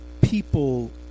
people